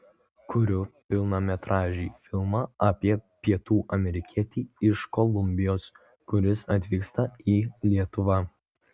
kuriu pilnametražį filmą apie pietų amerikietį iš kolumbijos kuris atvyksta į lietuvą